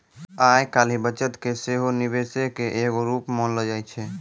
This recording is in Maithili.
आइ काल्हि बचत के सेहो निवेशे के एगो रुप मानलो जाय छै